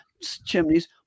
chimneys